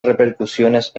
repercusiones